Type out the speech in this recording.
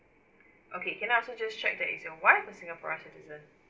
okay can I also just check that is your wife is a singaporean citizen